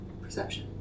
Perception